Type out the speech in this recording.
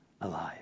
alive